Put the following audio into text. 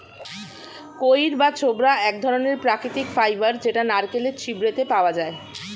কইর বা ছোবড়া এক ধরণের প্রাকৃতিক ফাইবার যেটা নারকেলের ছিবড়েতে পাওয়া যায়